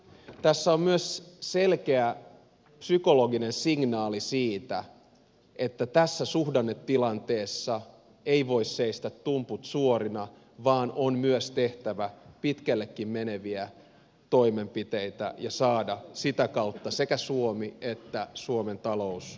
tässä on myös selkeä psykologinen signaali siitä että tässä suhdannetilanteessa ei voi seistä tumput suorina vaan on myös tehtävä pitkällekin meneviä toimenpiteitä ja saatava sitä kautta sekä suomi että suomen talous nousuun